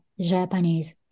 Japanese